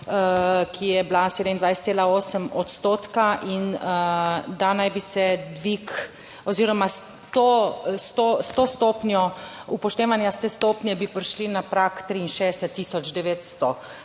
ki je bila 27,8 odstotka in da naj bi se dvig oziroma s to stopnjo, upoštevanja te stopnje bi prišli na prag 63